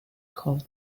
called